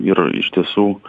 ir iš tiesų